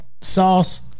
sauce